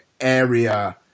area